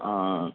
हां